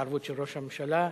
התערבות של ראש הממשלה.